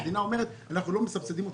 המדינה אומרת: אנחנו לא מסבסדים אתכם,